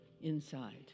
inside